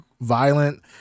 violent